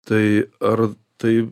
tai ar tai